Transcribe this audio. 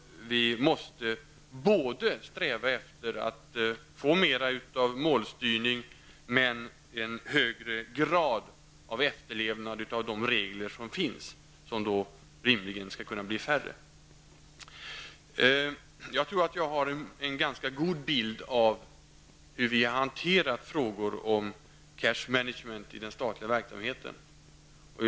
Vi måste sträva efter att få mer målstyrning och en högre efterlevnad av de regler som finns, och som då skulle kunna bli färre. Jag tror jag har en ganska god bild av hur vi hanterar frågor om cash management i den statliga verksamheten.